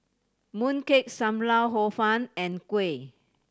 mooncake Sam Lau Hor Fun and kuih